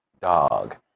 dog